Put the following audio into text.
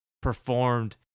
performed